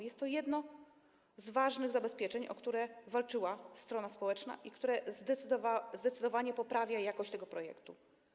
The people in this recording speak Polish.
Jest to jedno z ważnych zabezpieczeń, o które walczyła strona społeczna i które zdecydowanie poprawia jakość tego projektu.